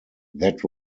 that